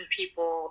people